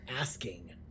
asking